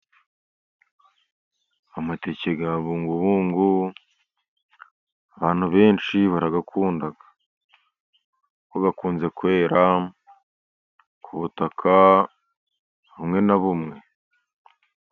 Amateke ya bungubungu abantu benshi barayakunda, kuko akunze kwera ku butaka bumwe na bumwe.